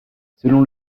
selon